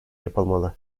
yapılmalı